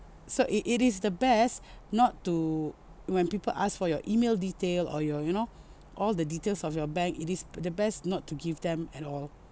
so it it is the best not to when people ask for your email detail or your you know all the details of your bank it is the best not to give them at all